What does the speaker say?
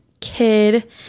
kid